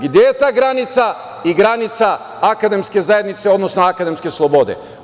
Gde je ta granica i granica akademske zajednice, odnosno akademske slobode?